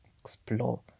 explore